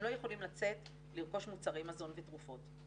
הם לא יכולים לצאת לרכוש מוצרי מזון ותרופות.